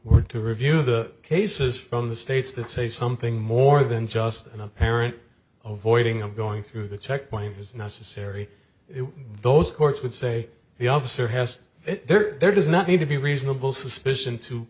were to review the cases from the states that say something more than just an apparent oh voiding i'm going through the checkpoint is necessary if those courts would say the officer has there does not need to be reasonable suspicion to